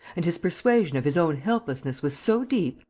and his persuasion of his own helplessness was so deep,